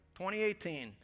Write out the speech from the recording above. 2018